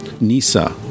Nisa